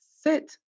sit